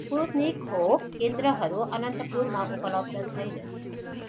Sputnik खोप केन्द्रहरू अनन्तपुरमा उपलब्ध छैनन्